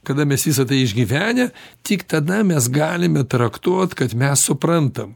kada mes visa tai išgyvenę tik tada mes galime traktuot kad mes suprantam